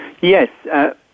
Yes